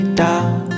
down